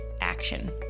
action